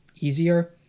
easier